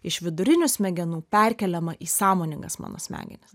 iš vidurinių smegenų perkeliama į sąmoningas mano smegenis